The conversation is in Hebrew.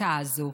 בכיתה הזו.